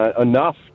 enough